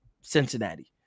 Cincinnati